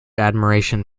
admiration